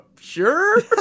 sure